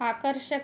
आकर्षक